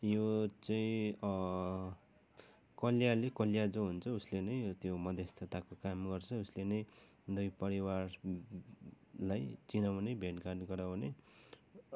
यो चाहिँ कलियाले कलिया जो हुन्छ उसले नै त्यो मध्यस्थताको काम गर्छ उसले नै दुई परिवारलाई चिनाउने भेटघाट गराउने